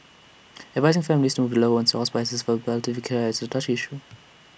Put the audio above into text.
advising families to move loved ones hospices for palliative care is A touchy issue